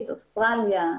אוסטרליה,